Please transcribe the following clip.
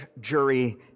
jury